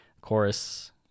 chorus